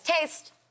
Taste